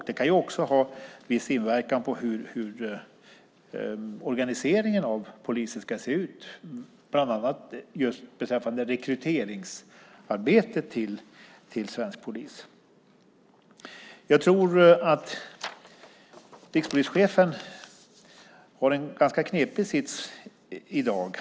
Det kan också ha viss inverkan på hur organiseringen av polisen ska se ut, bland annat i fråga om den svenska polisens rekryteringsarbete. Jag tror att rikspolischefen har en ganska knepig sits i dag.